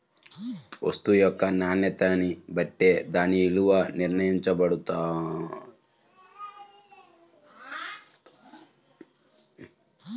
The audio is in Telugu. వస్తువు యొక్క నాణ్యతని బట్టే దాని విలువ నిర్ణయించబడతది